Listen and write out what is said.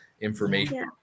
information